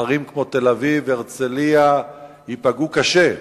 ערים כמו תל-אביב והרצלייה ייפגעו קשה,